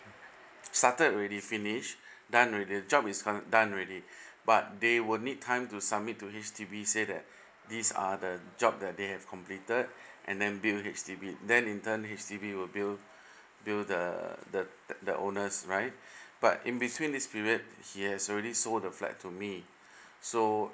started already finished done already job is curren~ done already but they will need time to submit to H_D_B say that these are the job that they have completed and then bill H_D_B then internally H_D_B will bill bill the the the owners right but in between this period he has already sold the flat to me so